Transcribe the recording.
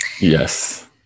yes